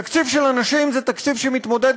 תקציב של אנשים זה תקציב שמתמודד,